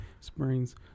springs